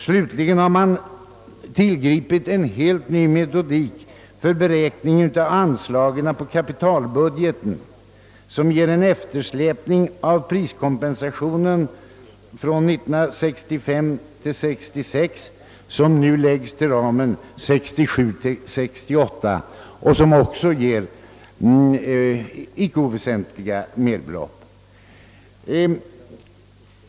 Slutligen har man för beräkning av anslaget på kapitalbudgeten tillgripit en helt ny metodik, vilken ger en eftersläpning av priskompensationen från 1965 68 och som också ger icke oväsentliga merbelopp.